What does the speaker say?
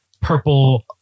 purple